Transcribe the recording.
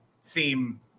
seem